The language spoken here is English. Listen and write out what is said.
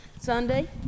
Sunday